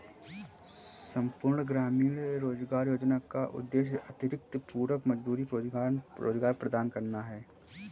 संपूर्ण ग्रामीण रोजगार योजना का उद्देश्य अतिरिक्त पूरक मजदूरी रोजगार प्रदान करना है